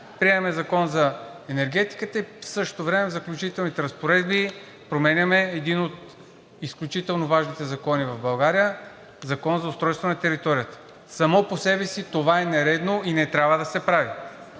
Приемаме Закон за енергетиката и в същото време в „Заключителните разпоредби“ променяме един от изключително важните закони в България – Закона за устройство на територията. Само по себе си това е нередно и не трябва да се прави,